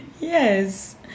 Yes